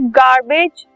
garbage